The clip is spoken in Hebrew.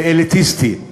לאליטיסטי,